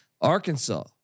Arkansas